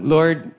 Lord